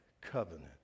covenant